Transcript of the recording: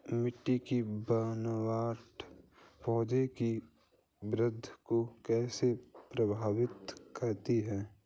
मिट्टी की बनावट पौधों की वृद्धि को कैसे प्रभावित करती है?